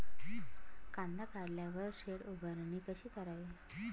कांदा काढल्यावर शेड उभारणी कशी करावी?